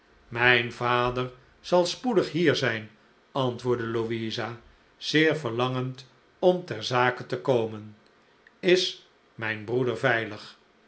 mijn vader zal spoedig hier zijn antwoordde louisa zeer verlangend om ter zake te komen is mijn broeder veilig